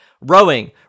rowing